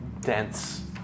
dense